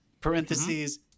parentheses